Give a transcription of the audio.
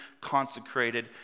consecrated